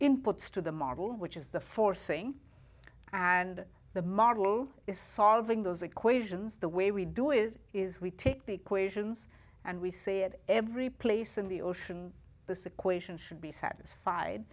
inputs to the model which is the forcing and the model is solving those equations the way we do it is we take the equations and we say that every place in the ocean this equation should be satisfied